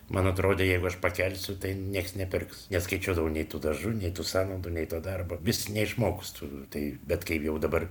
man atrodė jeigu aš pakelsiu tai nieks nepirks neskaičiuodavau nei tų dažų nei tų sąnaudų nei to darbo vis neišmokstu tai bet kaip jau dabar